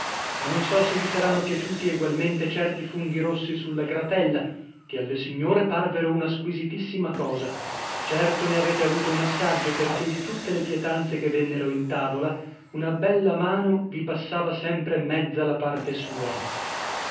non so se vi saranno piaciuti egualmente certi funghi rossi sulla gratella che alle signore parvero una squisitissima cosa certo ne avete avuto un assaggio perchè di tutte le pietanze che vennero in tavola una bella mano vi passava sempre mezza la parte sua